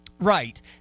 Right